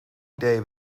idee